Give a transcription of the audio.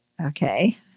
okay